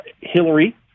Hillary